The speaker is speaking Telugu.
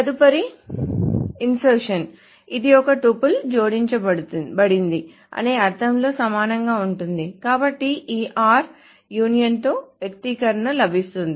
తదుపరిది ఇన్సర్షన్ ఇది ఒక టపుల్ జోడించబడింది అనే అర్థంలో సమానంగా ఉంటుంది కాబట్టి ఈ r యూనియన్తో వ్యక్తీకరణ లభిస్తుంది